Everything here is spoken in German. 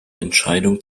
entscheidung